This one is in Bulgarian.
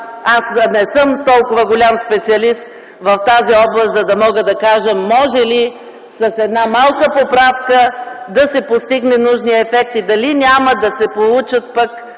аз не съм толкова голям специалист в тази област, за да мога да кажа – може ли с една малка поправка да се постигне нужният ефект и дали няма да се получат пък